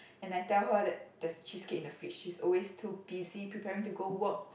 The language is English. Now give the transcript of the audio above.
and I tell her that there's cheesecake in the fridge she's always too busy preparing to go work